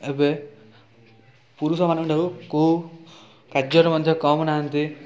ଏବେ ପୁରୁଷମାନଙ୍କ ଠାରୁ କେଉଁ କାର୍ଯ୍ୟରେ ମଧ୍ୟ କମ୍ ନାହାନ୍ତି